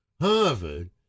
Harvard